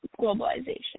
globalization